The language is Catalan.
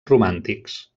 romàntics